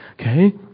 okay